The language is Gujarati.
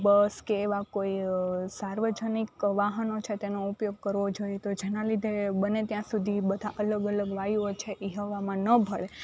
બસ કે એવા કોઈ સાર્વજનિક વાહનો છે તેનો ઉપયોગ કરવો જોઈએ તો જેના લીધે બને ત્યાં સુધી બધા અલગ અલગ વાયુઓ જે છે એ હવામાં ન ભળે